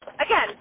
again